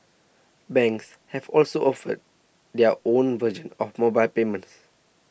banks have also offered their own version of mobile payments